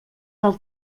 del